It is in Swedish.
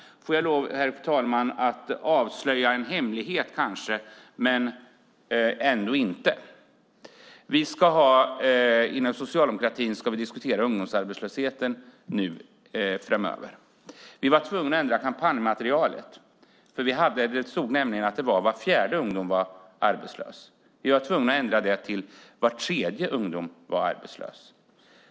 Får jag lov, herr talman, att avslöja en hemlighet men ändå inte. Inom socialdemokratin ska vi diskutera ungdomsarbetslösheten framöver. Vi var tvungna att ändra kampanjmaterialet. Det stod nämligen att var fjärde ungdom var arbetslös. Vi var tvungna att ändra det till att var tredje ungdom var arbetslös.